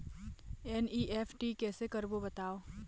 NEFT कैसे करबो बताव?